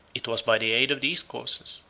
it was by the aid of these causes,